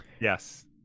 Yes